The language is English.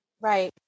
Right